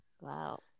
Wow